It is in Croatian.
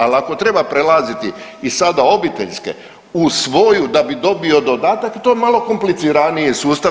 Ali ako treba prelaziti iz sada obiteljske u svoju da bi dobio dodatak to je malo kompliciraniji sustav.